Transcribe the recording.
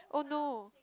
!oh no!